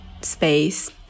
space